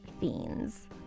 fiends